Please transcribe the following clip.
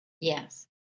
Yes